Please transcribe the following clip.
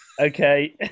Okay